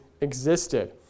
existed